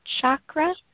chakra